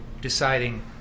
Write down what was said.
deciding